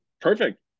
perfect